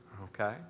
Okay